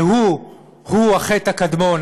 שהוא-הוא החטא הקדמון,